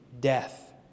death